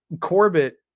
Corbett